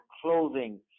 clothing